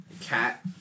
cat